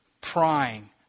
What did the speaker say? prying